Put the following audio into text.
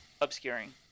obscuring